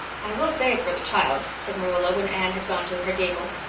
i will say it for the child, said marilla when anne had gone to her gable,